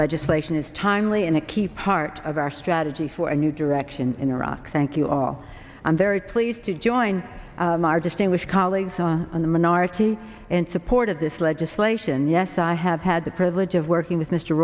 legislation is timely and a key part of our strategy for a new direction in iraq sank you all i'm very pleased to join our distinguished colleagues are in the minority in support of this legislation yes i have had the privilege of working with m